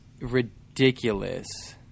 Ridiculous